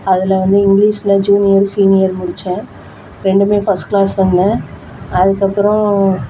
அதில் வந்த இங்கிலீஸில் ஜூனியர் சீனியர் முடித்தேன் இரண்டும் ஃபஸ்ட் கிளாஸ் பண்ணிணேன் அதுக்கப்பறம்